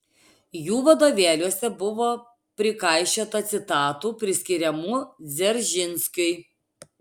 jų vadovėliuose buvo prikaišiota citatų priskiriamų dzeržinskiui